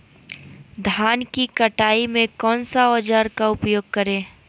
धान की कटाई में कौन सा औजार का उपयोग करे?